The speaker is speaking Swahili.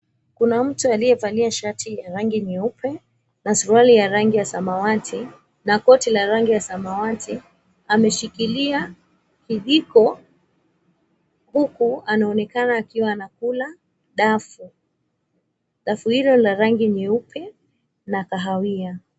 Kuna mtu aliyevalia shati ya rangi nyeupe, na suruali ya rangi ya samawati, na koti la rangi ya samawati. Ameshikilia kijiko, huku anaonekana akiwa anakula dafu. Dafu hilo ni la rangi nyeupe na kahawia.